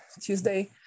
tuesday